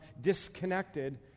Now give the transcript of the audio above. disconnected